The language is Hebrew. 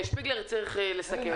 מאיר שפיגלר צריך לסכם.